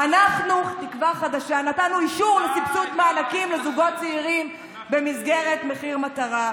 תקראי לו שיבוא קצת לעבודה.